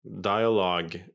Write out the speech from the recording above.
Dialogue